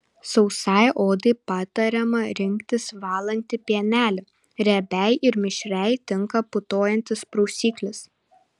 sausai odai patariama rinktis valantį pienelį riebiai ir mišriai tinka putojantis prausiklis